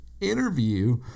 interview